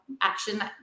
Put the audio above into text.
action